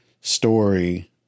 story